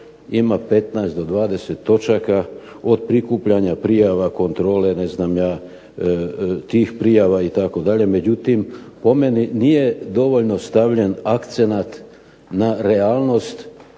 ima 15 do 20 točaka, od prikupljanja prijava, kontrole tih prijava itd., međutim, po meni nije dovoljno stavljen akcenat na realnost